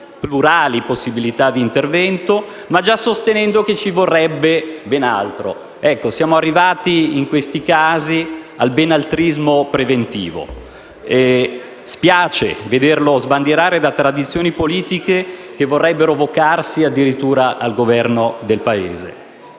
plurali possibilità di intervento, ma già sostenendo che ci vorrebbe ben altro. Siamo arrivati in questi casi al "benaltrismo preventivo", e spiace vederlo sbandierare da tradizioni politiche che vorrebbero vocarsi addirittura al Governo del Paese.